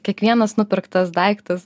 kiekvienas nupirktas daiktas